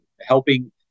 helping